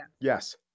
Yes